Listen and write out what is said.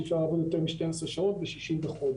שאי אפשר לעבוד יותר משתים עשרה שעות ושישים בחודש.